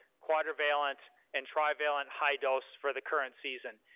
quadrivalent and trivalent high dose for the current season.